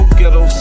ghetto